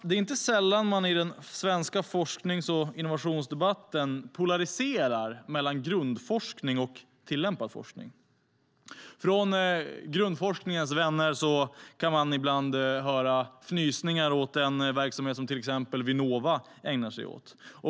Det är inte sällan som man i den svenska forsknings och innovationsdebatten polariserar mellan grundforskning och tillämpad forskning. Från grundforskningens vänner kan man ibland fnysa åt den verksamhet som exempelvis Vinnova ägnar sig åt.